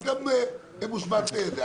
אז גם מושבת זה,